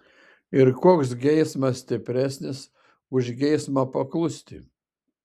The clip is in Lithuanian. ir koks geismas stipresnis už geismą paklusti